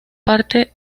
parte